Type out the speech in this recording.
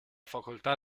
facoltà